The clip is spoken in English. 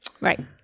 Right